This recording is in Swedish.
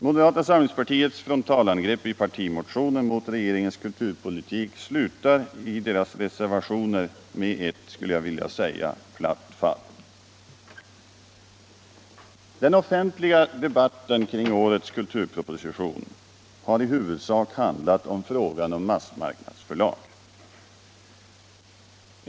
Moderata samlingspartiets frontalangrepp i partimotionen mot regeringens kulturpolitik slutar i deras reservationer med ett, skulle jag vilja säga, platt fall. Den offentliga debatten kring årets kulturproposition har i huvudsak handlat om frågan om massmarknadsförlag.